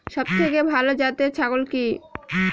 সবথেকে ভালো জাতের ছাগল কি?